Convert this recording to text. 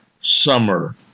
summer